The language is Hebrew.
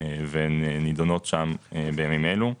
והן נדונות שם בימים אלו.